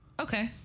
Okay